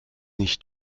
nicht